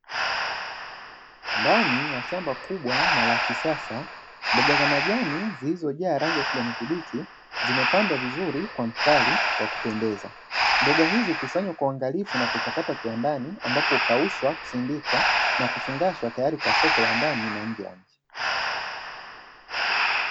Ndani ya shamba kubwa na la kisasa mboga za majani zilizojaa rangi ya kijani kibichi zimepandwa vizuri kwa mstari wa kupendeza. Mboga hizo kusanywa kwa uangalifu na kuchakatwa kiwandani ambapo hukaushwa kusindikwa na kufungashwa tayari kwa soko la ndani na nje ya nchi.